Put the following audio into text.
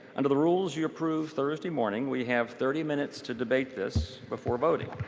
under the rules you approved thursday morning, we have thirty minutes to debate this before voting.